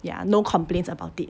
ya no complaints about it